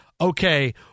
okay